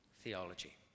theology